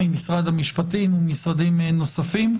ממשרד המשפטים וממשרדים נוספים,